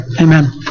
amen